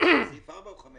הצבעה לא נתקבלה.